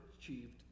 achieved